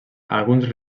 alguns